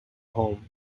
home